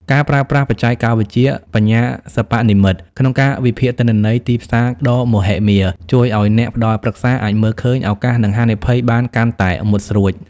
ការប្រើប្រាស់បច្ចេកវិទ្យាបញ្ញាសិប្បនិម្មិត ក្នុងការវិភាគទិន្នន័យទីផ្សារដ៏មហិមា ជួយឱ្យអ្នកផ្ដល់ប្រឹក្សាអាចមើលឃើញឱកាស និងហានិភ័យបានកាន់តែមុតស្រួច។